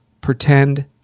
pretend